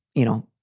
you know,